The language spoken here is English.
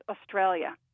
australia